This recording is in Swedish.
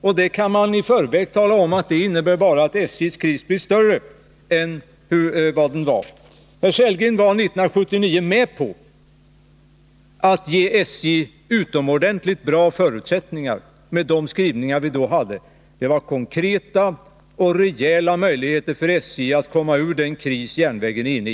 Och man kan i förväg tala om att det bara innebär att SJ:s kris blir större än den var. Herr Sellgren var 1979 med på att ge SJ utomordentligt bra förutsättningar genom de skrivningar vi gjorde då. Det gav SJ konkreta och rejäla möjligheter att komma ur den kris järnvägen var inne i.